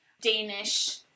danish